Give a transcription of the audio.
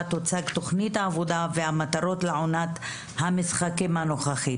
תוצג תוכנית העבודה והמטרות לעונת המשחקים הנוכחית.